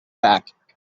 back